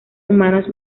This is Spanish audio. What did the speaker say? humanos